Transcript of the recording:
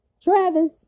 Travis